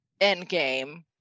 Endgame